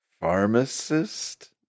Pharmacist